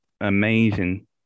amazing